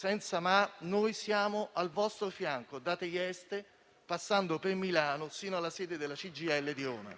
senza ma, noi siamo al vostro fianco, da Trieste, passando per Milano, sino alla sede della CGIL di Roma.